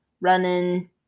running